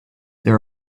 there